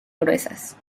gruesas